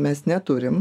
mes neturim